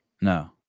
no